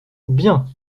bien